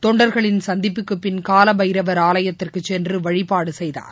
தொண்டர்களின் சந்திப்புக்குப் பின் காலபைரவர் ஆலயத்துக்குச் சென்றுவழிபாடுசெய்தார்